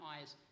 Eyes